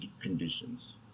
conditions